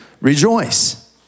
Rejoice